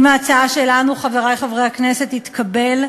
אם ההצעה שלנו, חברי חברי הכנסת, תתקבל,